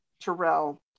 Terrell